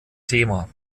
thema